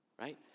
right